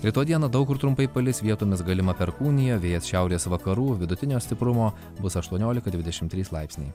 rytoj dieną daug kur trumpai palis vietomis galima perkūnija vėjas šiaurės vakarų vidutinio stiprumo bus aštuoniolika dvidešim trys